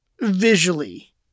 visually